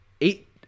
eight